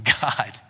God